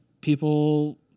people